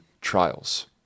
trials